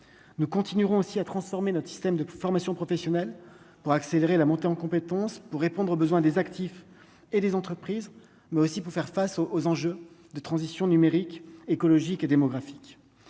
ne continueront aussi à transformer notre système de formation professionnelle pour accélérer la montée en compétence pour répondre aux besoins des actifs et des entreprises mais aussi pour faire face aux enjeux de transitions numérique écologique et démographique,